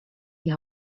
die